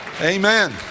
Amen